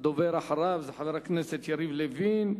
הדובר שאחריו זה חבר הכנסת יריב לוין.